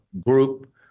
group